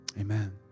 Amen